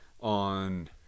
on